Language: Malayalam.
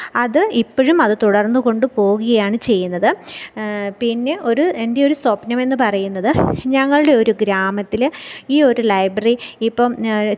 അത് ഇപ്പോഴും അത് തുടർന്നുകൊണ്ടുപോവുകയാണ് ചെയ്യുന്നത് പിന്നെ ഒരു എൻ്റെ ഒരു സ്വപ്നമെന്ന് പറയുന്നത് ഞങ്ങളുടെ ഒരു ഗ്രാമത്തിൽ ഈ ഒരു ലൈബ്രറി ഇപ്പം